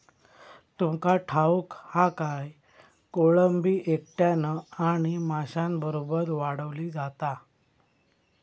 तुमका ठाऊक हा काय, कोळंबी एकट्यानं आणि माशांबरोबर वाढवली जाता